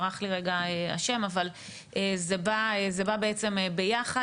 זה בא בעצם ביחד.